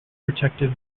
protective